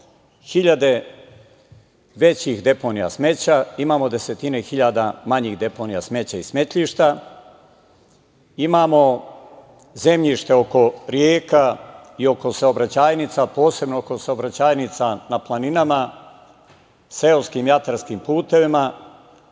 većih deponija smeća, imamo desetine hiljada manjih deponija smeća i smetlišta, imamo zemljište oko reka i oko saobraćajnica, posebno oko saobraćajnica na planinama, seoskim i atarskim putevima